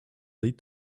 late